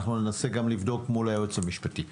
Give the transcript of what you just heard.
אנחנו ננסה לבדוק מול היועץ המשפטי.